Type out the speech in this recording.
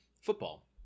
football